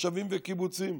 מושבים וקיבוצים.